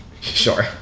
Sure